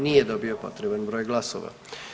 Nije dobio potreban broj glasova.